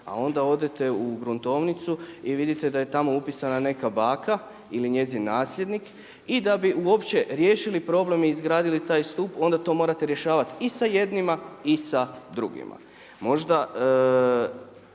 a onda odete u gruntovnicu i vidite da je tamo upisana neka baka ili njezin nasljednik i da bi uopće riješili problem i izgradili taj stup onda to morate rješavati i sa jednima i sa drugima. Možda